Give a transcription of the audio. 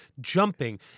jumping